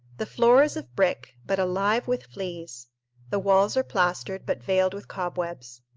the floor is of brick, but alive with fleas the walls are plastered, but veiled with cobwebs.